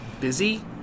busy